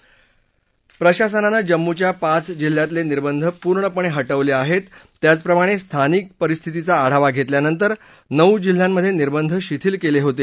जम्मू कश्मीर प्रशासनानं जम्मूच्या पाच जिल्ह्यातले निर्बंध पूर्णपणे हटवले आहेत त्याचप्रमाणे स्थानिक परिस्थितीचा आढावा घेतल्यानंतर नउ जिल्ह्यांमधे निर्बंध शिथील केले होते